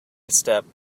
step